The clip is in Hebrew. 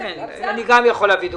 אני גם יכול להביא דוגמאות.